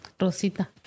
Rosita